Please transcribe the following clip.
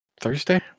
Thursday